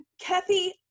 Kathy